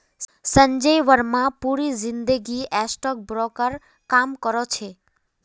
संजय बर्मा पूरी जिंदगी stock broker काम करो छे